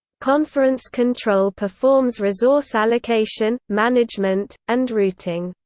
conference control performs resource allocation, management, and routing.